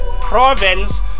Province